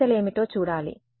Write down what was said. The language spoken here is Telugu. ఆ సమస్యలేమిటో చూడాలి